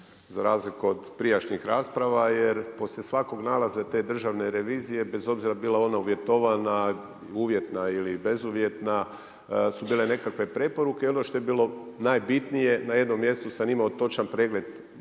za razliku od prijašnjih rasprava, jer poslije svakog nalaze Državne revije bez obzira bila ona uvjetovao, uvjetna ili bezuvjetna su bile nekakve preporuke. I ono što je bilo najbitnije, na jednom mjestu sam imao točan pregled